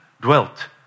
dwelt